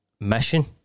mission